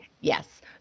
Yes